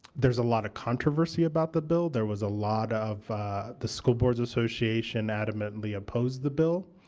there's a lot of controversy about the bill. there was a lot of the school boards association adamantly opposed the bill.